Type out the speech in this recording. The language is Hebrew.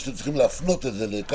מה שאתם צריכים להפנות את זה לכאן,